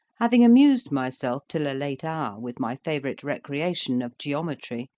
having amused myself till a late hour with my favourite recreation of geometry,